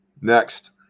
Next